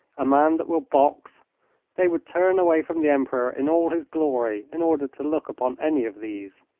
a man that will box they would turn away from the emperor in all his glory in order to look upon any of these.